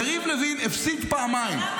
יריב לוין הפסיד פעמיים, פעם אחת --- לא נכון.